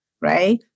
right